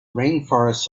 rainforests